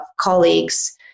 colleagues